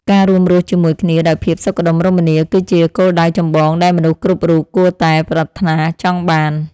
ការរួមរស់ជាមួយគ្នាដោយភាពសុខដុមរមនា គឺជាគោលដៅចម្បងដែលមនុស្សគ្រប់រូបគួរតែប្រាថ្នាចង់បាន។